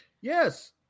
Yes